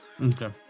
Okay